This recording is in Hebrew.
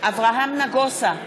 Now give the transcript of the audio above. אברהם נגוסה,